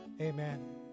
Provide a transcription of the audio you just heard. Amen